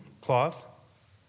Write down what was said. cloth